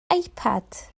ipad